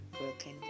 Broken